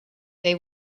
they